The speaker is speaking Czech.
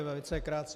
Velice krátce.